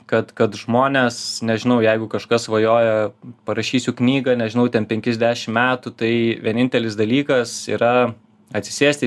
kad kad žmonės nežinau jeigu kažkas svajoja parašysiu knygą nežinau ten penkis dešim metų tai vienintelis dalykas yra atsisėsti